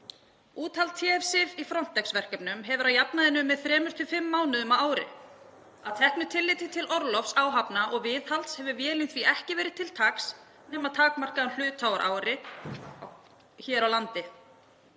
Úthald TF-Sifjar í Frontex-verkefnum hefur að jafnaði numið þremur til fimm mánuðum á ári. Að teknu tilliti til orlofs áhafna og viðhalds hefur vélin því ekki verið til taks nema takmarkaðan hluta úr ári hér á landi.